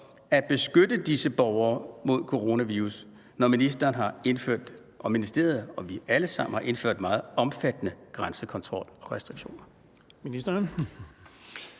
at beskytte disse borgere mod coronavirus, når ministeren og ministeriet og vi alle sammen har indført en meget omfattende grænsekontrol og restriktioner?